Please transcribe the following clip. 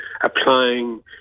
applying